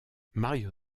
mario